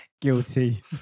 Guilty